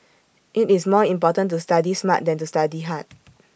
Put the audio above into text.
IT is more important to study smart than to study hard